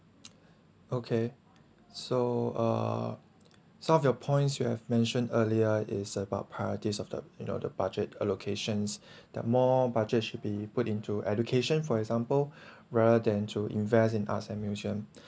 okay so uh some of your points you have mentioned earlier is about priorities of the you know the budget allocations that more budget should be put into education for example rather than to invest in arts and museum